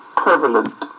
prevalent